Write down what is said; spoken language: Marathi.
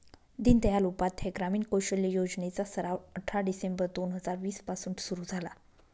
दीनदयाल उपाध्याय ग्रामीण कौशल्य योजने चा सराव अठरा डिसेंबर दोन हजार वीस पासून सुरू झाला